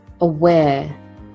aware